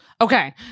Okay